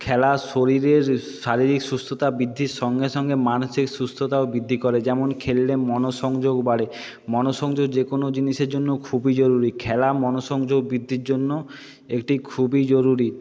খেলা শরীরের শারীরিক সুস্থতা বৃদ্ধির সঙ্গে সঙ্গে মানসিক সুস্থতাও বৃদ্ধি করে যেমন খেললে মনঃসংযোগ বাড়ে মনঃসংযোগ যে কোন জিনিসের জন্য খুবই জরুরি খেলা মনঃসংযোগ বৃদ্ধির জন্য একটি খুবই জরুরি